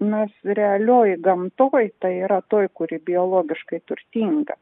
mes realioj gamtoj tai yra toj kuri biologiškai turtinga